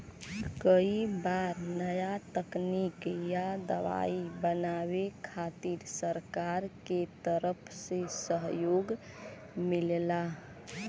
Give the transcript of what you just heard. कई बार नया तकनीक या दवाई बनावे खातिर सरकार के तरफ से सहयोग मिलला